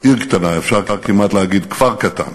עיר קטנה, אפשר כמעט להגיד כפר קטן.